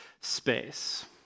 space